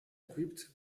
equipped